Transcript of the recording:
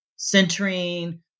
centering